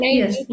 yes